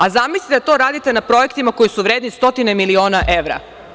A zamislite da to radite na projektima koji su vredne stotine miliona evra.